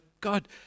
God